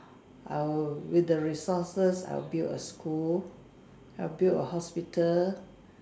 I'll with the resources I'll build a school I'll build a hospital